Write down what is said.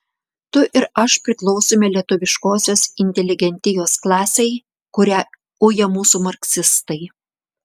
tu ir aš priklausome lietuviškosios inteligentijos klasei kurią uja mūsų marksistai